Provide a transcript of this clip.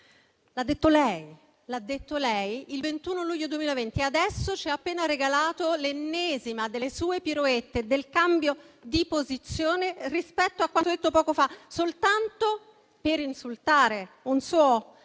presidente Meloni? L'ha detto lei il 21 luglio 2020 e adesso ci ha appena regalato l'ennesima delle sue piroette, un cambio di posizione rispetto a quanto detto poco tempo fa, soltanto per insultare un suo